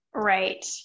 right